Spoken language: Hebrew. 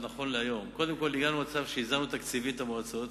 קודם כול, הגענו למצב שאיזנו תקציבית את המועצות,